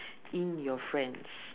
in your friends